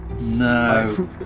No